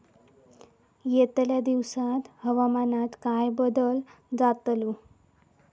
यतल्या दिवसात हवामानात काय बदल जातलो?